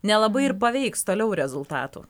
nelabai ir paveiks toliau rezultatų